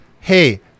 Hey